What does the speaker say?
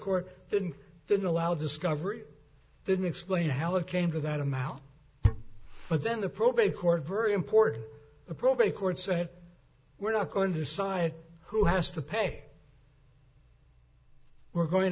court didn't then allow discovery then explain how it came to that amount but then the probate court very important the probate court said we're not going to decide who has to pay we're going